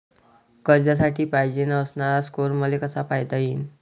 कर्जासाठी पायजेन असणारा स्कोर मले कसा पायता येईन?